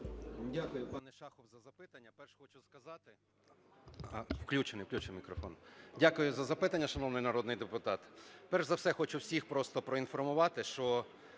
Дякую, пане Шахов, за запитання. Перше. Хочу сказати... Включений, включений мікрофон. Дякую за запитання, шановний народний депутат. Перш за все, хочу всіх просто поінформувати, що